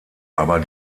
aber